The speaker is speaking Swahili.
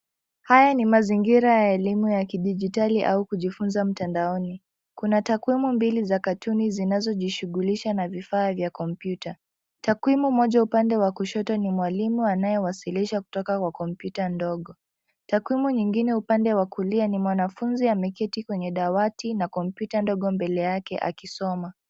Haya ni mazingira ya elimu ya kidigitali au kujifunza mtandaoni. Kuna takuimu mbili za katuni zinazojishugulisha na vifaa vya kompyuta. Takuimu moja upande wa kushoto ni mwalimu anayewasilisha kutoka kwa kompyuta ndogo. Takuimu nyingine upande wakulia ni mwanafunzi ameketi kwenye dawati na kompyuta ndogo mbele yake akisoma.